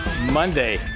Monday